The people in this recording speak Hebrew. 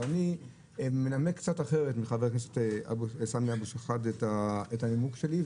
אבל אני מנמק קצת אחרת מחבר הכנסת סמי אבו שחאדה את הנימוק שלי,